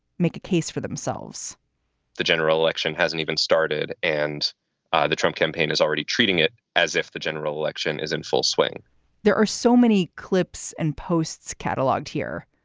make a case for themselves the general election hasn't even started and the trump campaign is already treating it as if the general election is in full swing there are so many clips and posts catalogued here.